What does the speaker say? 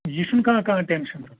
یہِ چھُ نہٕ کانٛہہ کانٛہہ ٹینشن ہیوٚن